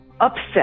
upset